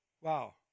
Wow